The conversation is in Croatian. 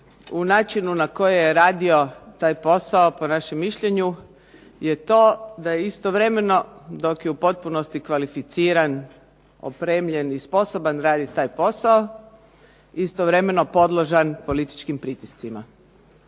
u načinu na koji je radio taj posao po našem mišljenju je to da je istovremeno dok je u potpunosti kvalificiran, opremljen i sposoban raditi taj posao, istovremeno podložan političkim pritiscima.